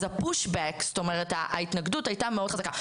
אז ההתנגדות הייתה מאוד חזקה.